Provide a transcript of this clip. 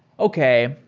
okay.